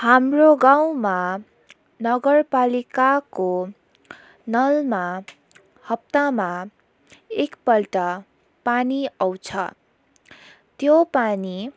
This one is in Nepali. हाम्रो गाउँंमा नगरपालिकाको नलमा हप्तामा एकपल्ट पानी आउँछ त्यो पानी